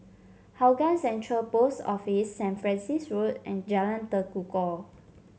Hougang Central Post Office Saint Francis Road and Jalan Tekukor